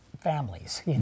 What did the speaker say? families